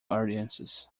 audiences